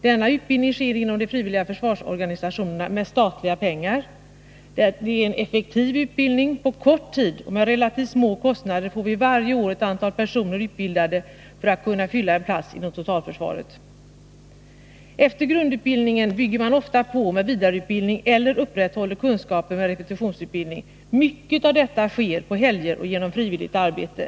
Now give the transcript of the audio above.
Denna utbildning bedrivs inom de frivilliga försvarsorganisationerna med statliga pengar. Det är en effektiv utbildning. På kort tid och med relativt små kostnader får vi varje år ett antal personer, som utbildats för att kunna fylla en plats inom totalförsvaret. Efter grundutbildningen bygger man ofta på med vidareutbildning eller upprätthåller kunskaperna genom repetitionsutbildning. Mycket av detta sker på helger och genom frivilligt arbete.